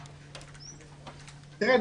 תראה,